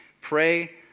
Pray